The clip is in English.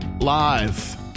live